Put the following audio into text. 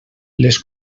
les